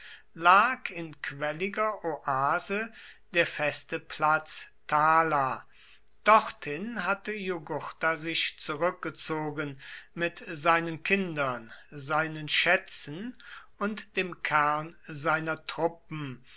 lag in quelliger oase der feste platz thala dorthin hatte jugurtha sich zurückgezogen mit seinen kindern seinen schätzen und dem kern seiner truppen